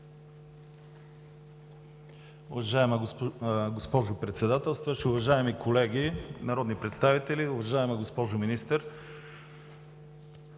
Уважаема госпожо Председател, уважаеми колеги народни представители! Уважаема госпожо Министър,